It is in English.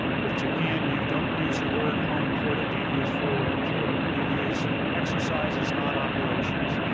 with japan, you don't use the word homeported, you use forward deployed. you use exercise, it's not operations.